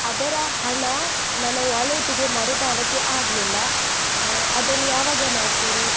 ಅದರ ಹಣ ನನ್ನ ವಾಲೆಟ್ಗೆ ಮರುಪಾವತಿ ಆಗಲಿಲ್ಲ ಅದನ್ನು ಯಾವಾಗ ಮಾಡ್ತೀರಿ